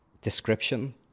description